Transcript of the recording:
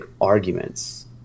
arguments